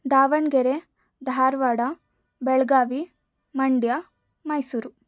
Davanagere Dharwad Belagavi Mandya Mysuru